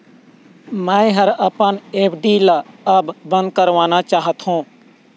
मै ह अपन एफ.डी ला अब बंद करवाना चाहथों